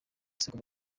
isoko